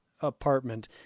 apartment